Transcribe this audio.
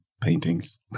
paintings